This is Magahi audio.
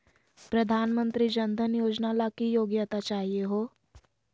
प्रधानमंत्री जन धन योजना ला की योग्यता चाहियो हे?